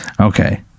Okay